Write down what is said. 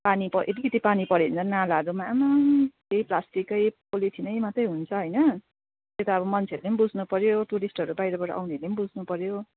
पानी पऱ्यो अलिकति पानी पऱ्यो भने झन् नालाहरूमा आमाम् त्यही प्लास्टिकै पोलिथिनै मात्रै हुन्छ होइन त्यो त अब मान्छेहरूले पनि बुझ्नुपऱ्यो टुरिस्टहरू बाहिरबाट आउनेहरूले पनि बुझ्नुपऱ्यो